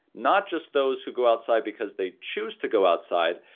not just those who go outside because they choose to go outside,